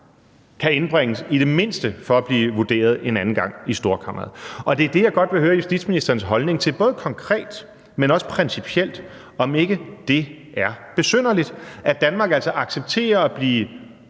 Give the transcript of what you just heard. kan indbringes i det mindste for at blive vurderet en anden gang i Storkammeret. Det er det, jeg godt vil høre justitsministerens holdning til, både konkret, men også principielt, altså om det ikke er besynderligt, at Danmark altså accepterer at få